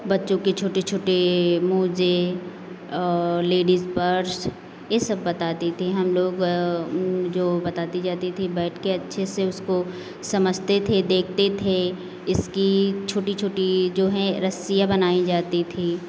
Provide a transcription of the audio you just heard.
बच्चों की छोटे छोटे मोज़े लेडिज़ पर्स ये सब बताती थी हम लोग जो बताती जाती थी बैठ के अच्छे से उसको समझते थे देखते थे इसकी छोटी छोटी जो हें रस्सियाँ बनाई जाती थी